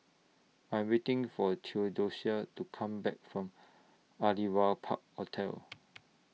I'm waiting For Theodocia to Come Back from Aliwal Park Hotel